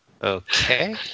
Okay